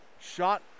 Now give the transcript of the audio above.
shot